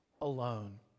alone